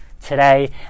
today